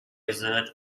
that